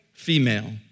female